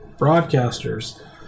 broadcasters